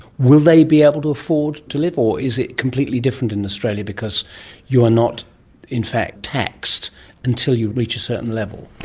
will they be able to afford to live or is it completely different in australia because you are not in fact taxed until you reach a certain level?